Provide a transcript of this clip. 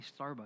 Starbucks